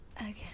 Okay